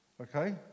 Okay